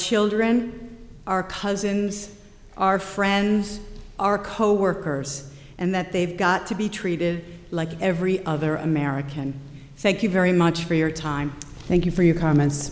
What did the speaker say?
children our cousins our friends our coworkers and that they've got to be treated like every other american thank you very much for your time thank you for your comments